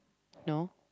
no